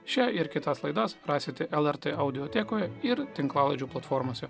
šią ir kitas laidas rasite lrt audiotekoje ir tinklalaidžių platformose